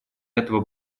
этого